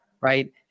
right